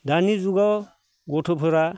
दानि जुगाव गथ'फोरा